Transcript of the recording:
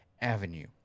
Avenue